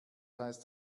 heißt